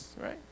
right